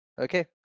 okay